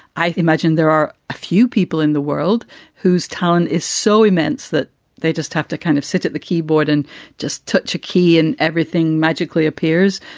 i imagine there are a few people in the world whose talent is so immense that they just have to kind of sit at the keyboard and just touch a key and everything magically appears,